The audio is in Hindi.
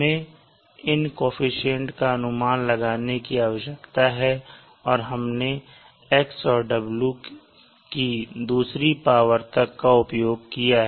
हमें इन कोअफिशन्ट का अनुमान लगाने की आवश्यकता है और हमने x और w की दूसरी पावर तक का उपयोग किया है